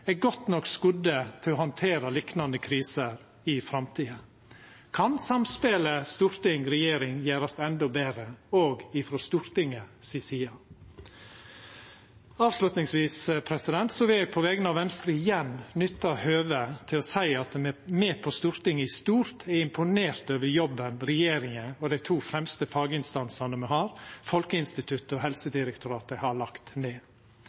er godt nok skodd til å handtera liknande kriser i framtida? Kan samspelet storting–regjering gjerast enda betre, òg frå Stortinget si side? Avslutningsvis vil eg på vegner av Venstre igjen nytta høvet til å seia at me på Stortinget i stort er imponert over jobben regjeringa og dei to fremste faginstansane me har, Folkehelseinstituttet og Helsedirektoratet, har lagt ned.